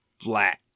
flat